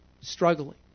struggling